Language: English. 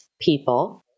people